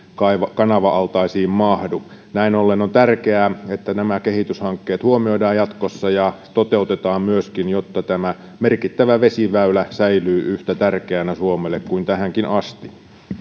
kanava altaisiin mahdu näin ollen on tärkeää että nämä kehityshankkeet huomioidaan jatkossa ja toteutetaan myöskin jotta tämä merkittävä vesiväylä säilyy yhtä tärkeänä suomelle kuin tähänkin asti